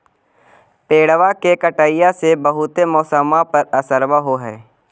पेड़बा के कटईया से से बहुते मौसमा पर असरबा हो है?